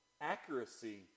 accuracy